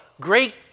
great